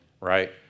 right